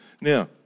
Now